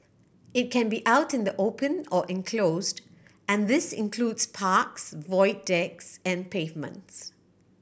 it can be out in the open or enclosed and this includes parks void decks and pavements